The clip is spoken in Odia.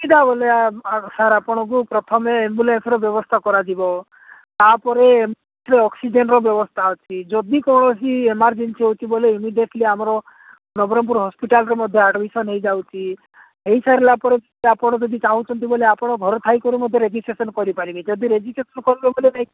ସୁବିଧା କହିଲେ ସାର୍ ଆପଣଙ୍କୁ ପ୍ରଥମେ ଏମ୍ବୁଲେନ୍ସର ବ୍ୟବସ୍ଥା କରାଯିବ ତାପରେ ଅକ୍ସିଜେନର ବ୍ୟବସ୍ଥା ଅଛି ଯଦି କୌଣସି ଏମରଜେନ୍ସି ହେଉଛି ଯଦି ଇମିଡିଏଟେଲି ଆମର ନବରଙ୍ଗପୁର ହସ୍ପିଟାଲରେ ମଧ୍ୟ ଆଡମିସନ୍ ହୋଇଯାଉଛି ହୋଇସାରିଲା ପରେ ଆପଣ ଯଦି ଚାହୁଁଛନ୍ତି ତେବେ ଆପଣଙ୍କ ଘରେ ଥାଇକି ମଧ୍ୟ ରେଜିଷ୍ଟ୍ରେସନ କରିପାରିବେ ଯଦି ରେଜିଷ୍ଟ୍ରେସନ କରିବେ